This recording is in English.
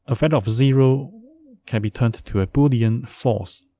of and of zero can be turned to a boolean false,